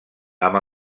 amb